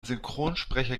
synchronsprecher